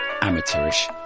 amateurish